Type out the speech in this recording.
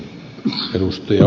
arvoisa puhemies